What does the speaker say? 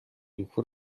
үхэр